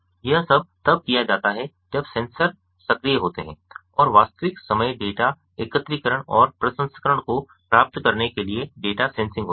यह सब तब किया जाता है जब सेंसर सक्रिय होते हैं और वास्तविक समय डेटा एकत्रीकरण और प्रसंस्करण को प्राप्त करने के लिए डेटा सेंसिंग होता है